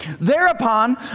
Thereupon